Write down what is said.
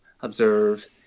observe